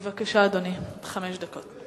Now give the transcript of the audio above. בבקשה, אדוני, חמש דקות.